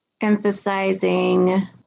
emphasizing